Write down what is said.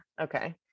okay